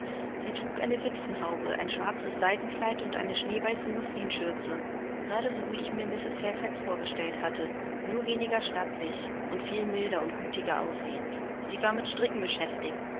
sie trug eine witwenhaube ein schwarzes seidenkleid und eine schneeweiße muslinschürze gerade so wie ich mir mrs fairfax vorgestellt hatte nur weniger stattlich und viel milder und gütiger aussehend sie war mit stricken beschäftigt